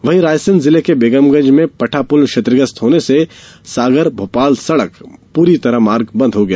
वहीं रायसेन जिले के बेगमगंज में पठा पुल क्षतिग्रस्त होने से सागर भोपाल सड़क मार्ग पूरी तरह बंद हो गया